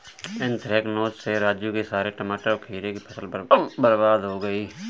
anthracnose से राजू के सारे टमाटर और खीरे की फसल बर्बाद हो गई